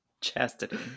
Chastity